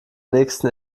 nächsten